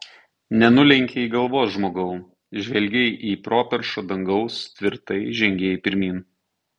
nenulenkei galvos žmogau žvelgei į properšą dangaus tvirtai žengei pirmyn